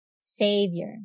Savior